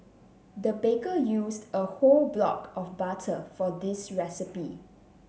the baker used a whole block of butter for this recipe